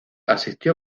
asistió